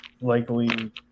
likely